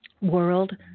world